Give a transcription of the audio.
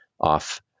off